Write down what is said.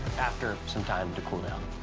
after some time to cool down.